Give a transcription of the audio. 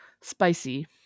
Spicy